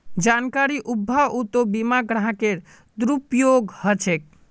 जानकारीर अभाउतो बीमा ग्राहकेर दुरुपयोग ह छेक